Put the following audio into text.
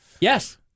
Yes